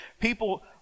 People